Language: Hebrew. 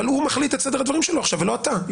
אבל הוא מחליט את סדר הדברים שלו עכשיו ולא אתה.